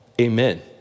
amen